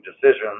decisions